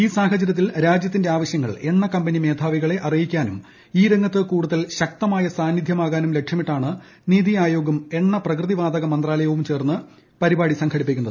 ഈ സാഹചര്യത്തിൽ രാജ്യത്തിന്റെ ആവശ്യങ്ങൾ എണ്ണ കമ്പനി മേധാവികളെ അറിയിക്കാനും ഈ രംഗത്ത് കൂടുതൽ ശക്തമായ സാന്നിധൃമാകാനും ലക്ഷ്യമിട്ടാണ് നിതി ആയോഗും എണ്ണ പ്രകൃതി വാതക മന്ത്രാലയവും ചേർന്ന് പരിപാട്ടി സ്ക്ലെടിപ്പിക്കുന്നത്